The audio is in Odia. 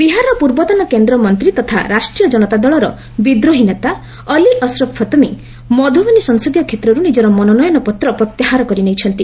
ବିହାର ଫତମୀ ବିହାରର ପୂର୍ବତନ କେନ୍ଦ୍ରମନ୍ତ୍ରୀ ତଥା ରାଷ୍ଟ୍ରୀୟ କନତାଦଳର ବିଦ୍ରୋହୀ ନେତା ଅଲ୍ଲି ଅଶ୍ରଫ୍ ଫତମୀ ମଧୁବନୀ ସଂସଦୀୟ କ୍ଷେତ୍ରରୁ ନିଜର ମନୋନୟନ ପତ୍ର ପ୍ରତ୍ୟାହାର କରି ନେଇଛନ୍ତି